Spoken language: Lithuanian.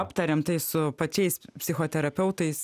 aptariam tai su pačiais psichoterapeutais